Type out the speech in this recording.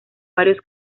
varios